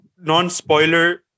non-spoiler